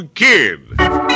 kid